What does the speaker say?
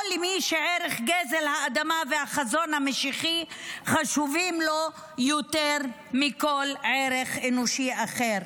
או למי שערך גזל האדמה והחזון המשיחי חשובים לו יותר מכל ערך אנושי אחר?